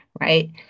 right